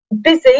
Busy